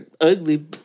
ugly